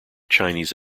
chinese